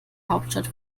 hauptstadt